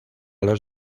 los